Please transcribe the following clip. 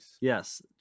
Yes